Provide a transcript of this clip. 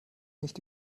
nicht